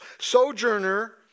sojourner